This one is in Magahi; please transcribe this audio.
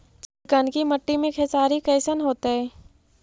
चिकनकी मट्टी मे खेसारी कैसन होतै?